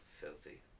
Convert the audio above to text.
Filthy